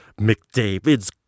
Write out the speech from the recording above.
McDavid's